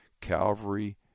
Calvary